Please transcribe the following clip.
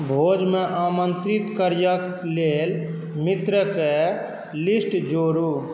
भोजमे आमन्त्रित करैके लेल मित्रके लिस्ट जोड़ू